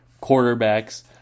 quarterbacks